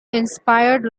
inspired